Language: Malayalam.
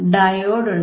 ഡയോഡ് ഉണ്ട്